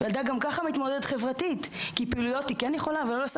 הילדה מתמודדת גם חברתית בגלל פעילויות שהיא יכולה והיא לא עושה.